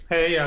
Hey